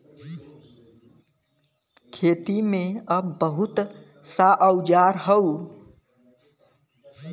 खेती में अब बहुत सा औजार हौ